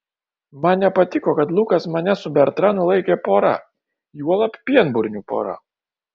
man nepatiko kad lukas mane su bertranu laikė pora juolab pienburnių pora